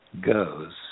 goes